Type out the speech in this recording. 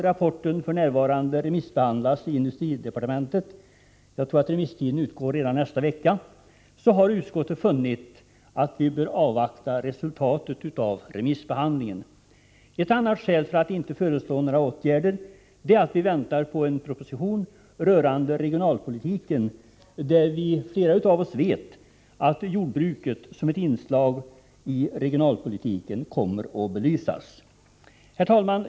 Rapporten remissbehandlas f.n. i industridepartementet — jag tror att remisstiden utgår redan nästa vecka. Utskottet har funnit att vi bör avvakta resultatet av remissbehandlingen. Ett annat skäl för att inte föreslå några åtgärder är att vi väntar på en proposition rörande regionalpolitiken. Flera av oss vet att jordbruket som ett inslag i regionalpolitiken kommer att belysas i denna proposition. Herr talman!